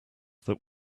that